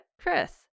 Chris